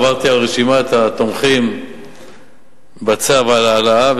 עברתי על רשימת התומכים בצו ההעלאה,